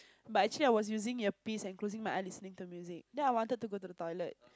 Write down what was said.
but actually I was using earpiece and closing my eye listening to the music then I wanted to go to the toilet